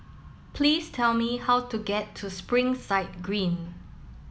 please tell me how to get to Springside Green